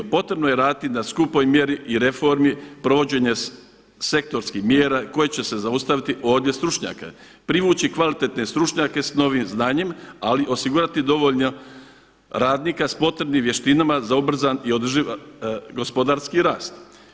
Potrebno je raditi na skupoj mjeri i reformi, provođenje sektorskih mjera koje će zaustaviti odljev stručnjaka, privući kvalitetne stručnjake sa novim znanjem, ali i osigurati dovoljno radnika s potrebnim vještinama za ubrzan i održiv gospodarski rast.